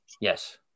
Yes